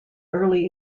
early